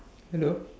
hello